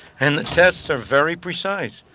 and the tests are very precise.